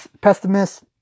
pessimist